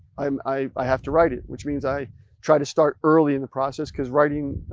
i um i have to write it. which means, i try to start early in the process because writing